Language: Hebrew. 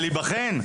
בלהיבחן?